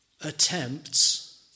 attempts